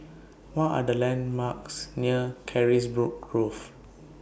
What Are The landmarks near Carisbrooke Grove